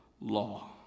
law